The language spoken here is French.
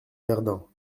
verdun